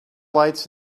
lights